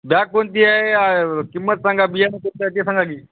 bag कोणती आहे किंमत सांगा बियाणे कोणते आहेत ते सांगा की